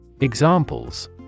Examples